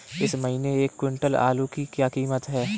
इस महीने एक क्विंटल आलू की क्या कीमत है?